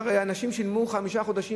הרי אנשים שילמו חמישה חודשים,